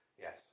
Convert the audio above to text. yes